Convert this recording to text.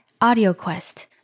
AudioQuest